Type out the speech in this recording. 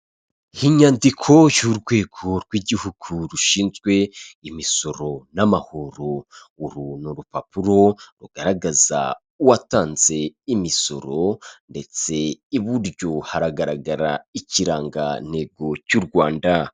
Inyandiko y'urwego rw'igihugu rushinzwe imisoro n'amahoro, uru ni urupapuro rugaragaza uwatanze imisoro ndetse iburyo hagaragara ikirangantego cy'Urwanda.